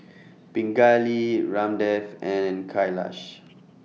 Pingali Ramdev and Kailash